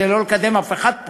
כדי לא לקדם אף אחת פה,